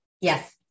yes